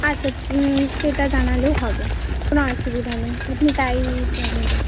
আচ্ছা সেটা জানালেও হবে কোনও অসুবিধা নেই আপনি তাই জানিয়ে দেবেন